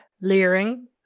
Leering